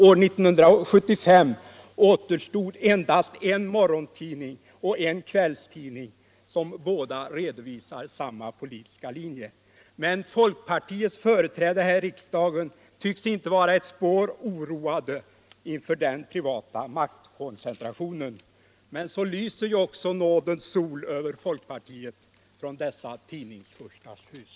År 1975 återstod endast en morgontidning och en kvällstidning, som båda redovisar samma politiska linje. Folkpartiets företrädare här i riksdagen tycks inte vara ett spår oroade inför den privata maktkoncentrationen, men så lyser ju också nådens sol över folkpartiet från dessa tidningsfurstars hus.